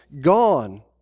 gone